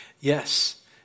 yes